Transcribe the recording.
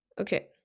Okay